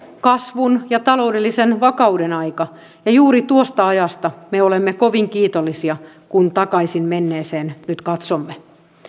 kasvun ja taloudellisen vakauden aika ja juuri tuosta ajasta me olemme kovin kiitollisia kun takaisin menneeseen nyt katsomme